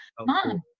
mom